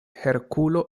herkulo